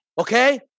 Okay